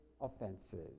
offenses